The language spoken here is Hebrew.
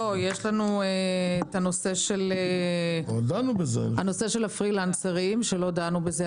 נשאר הנושא של הפרילנסרים שלא דנו בו.